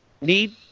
need